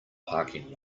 parking